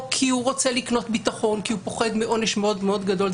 או כי הוא רוצה לקנות ביטחון כי הוא פוחד מעונש מאוד מאוד גדול.